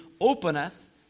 openeth